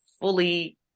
fully